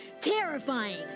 terrifying